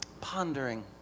Pondering